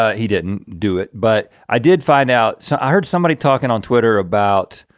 ah he didn't do it. but i did find out, so i heard somebody talking on twitter about.